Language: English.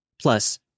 Plus